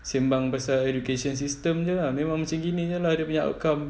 sembang pasal education system jer lah memang macam gini jer lah dia punya outcome